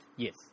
Yes